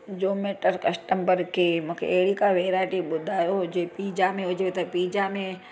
Zomato customer खे मूंखे अहिड़ी को वेराइटी ॿुधायो हुजे पिजा में हुजे त पिजा में